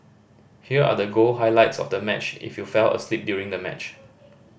here are the goal highlights of the match if you fell asleep during the match